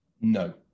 No